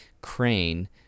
crane